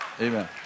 Amen